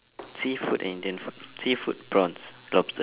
seafood and indian food seafood prawns lobsters